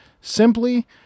Simply